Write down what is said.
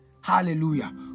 Hallelujah